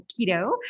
keto